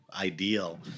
ideal